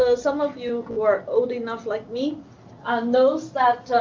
ah some of you who are old enough like me and those that,